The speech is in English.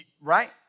Right